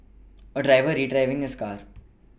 a driver retrieving his car